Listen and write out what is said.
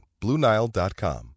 BlueNile.com